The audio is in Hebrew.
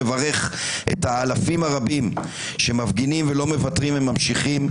מברך את האלפים הרבים שמפגינים ולא מוותרים וממשיכים,